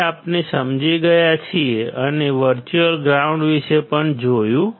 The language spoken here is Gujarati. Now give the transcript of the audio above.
તે આપણે સમજી ગયા છીએ અને વર્ચ્યુઅલ ગ્રાઉન્ડ વિશે પણ જોયું છે